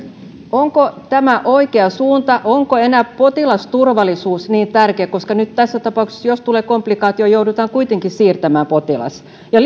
onko tämä oikea suunta onko enää potilasturvallisuus niin tärkeä koska nyt tässä tapauksessa jos tulee komplikaatio joudutaan kuitenkin siirtämään potilas ja